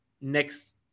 next